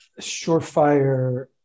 surefire